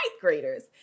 graders